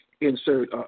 insert